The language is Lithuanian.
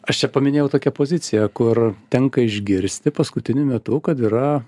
aš čia paminėjau tokią poziciją kur tenka išgirsti paskutiniu metu kad yra